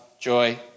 joy